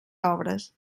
obres